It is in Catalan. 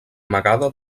amagada